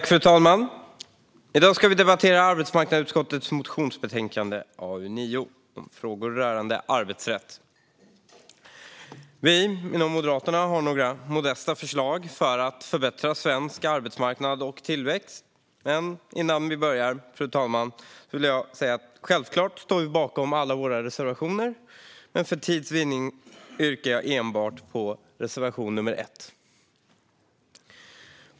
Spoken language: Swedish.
Fru talman! I dag ska vi debattera arbetsmarknadsutskottets motionsbetänkande AU9 om frågor rörande arbetsrätt. Moderaterna har några modesta förslag för att förbättra svensk arbetsmarknad och tillväxt. Men först: Jag står självklart bakom alla våra reservationer, men för tids vinnande yrkar jag bifall enbart till reservation nr 1.